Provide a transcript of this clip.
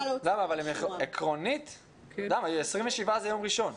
27 זה יום ראשון.